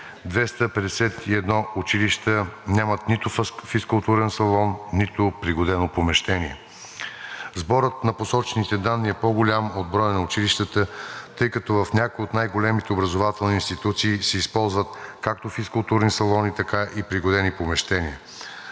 251 училища нямат нито физкултурен салон, нито пригодено помещение. Сборът на посочените данни е по-голям от броя на училищата, тъй като в някои от най-големите образователни институции се използват, както физкултурни салони, така и пригодени помещения.